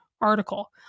article